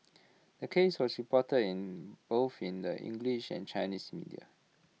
the case was reported in both in the English and Chinese media